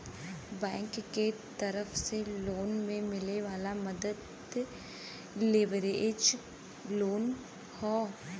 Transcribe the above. bank के तरफ से लोन में मिले वाला मदद लेवरेज लोन हौ